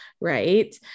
right